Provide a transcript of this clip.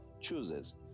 chooses